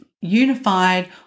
unified